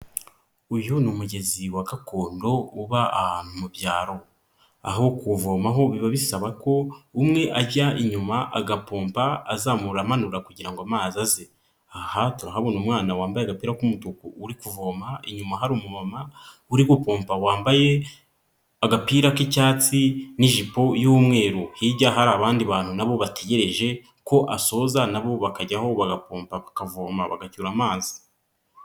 Uyu ni umugezi wa gakondo uba ahantu mu byaro, aho kuwuvomaho biba bisaba ko umwe ajya inyuma agapompa azamura amanura kugira ngo amazi aze. Aha tuhabona umwana wambaye agapira k'umutuku uri kuvoma, inyuma hari umumama uri gupompa wambaye agapira k'icyatsi n'ijipo y'umweru, hirya hari abandi bantu na bo bategereje ko asoza na bo bakajyaho, bagapompa, bakavoma, bagacyura amazi.